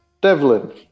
Devlin